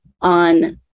on